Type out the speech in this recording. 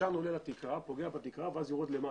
והעשן עולה לתקרה, פוגע בתקרה ואז יורד למטה.